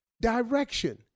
direction